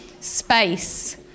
space